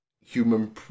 human